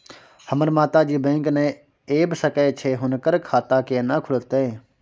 हमर माता जी बैंक नय ऐब सकै छै हुनकर खाता केना खूलतै?